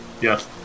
Yes